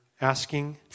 asking